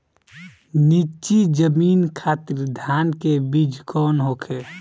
नीची जमीन खातिर धान के बीज कौन होखे?